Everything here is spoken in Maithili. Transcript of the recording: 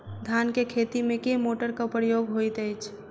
धान केँ खेती मे केँ मोटरक प्रयोग होइत अछि?